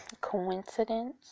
coincidence